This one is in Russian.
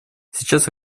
сейчас